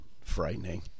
Frightening